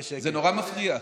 זה נורא מפריע,